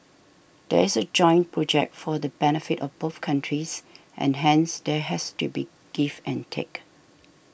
this is a joint project for the benefit of both countries and hence there has to be give and take